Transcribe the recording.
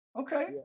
Okay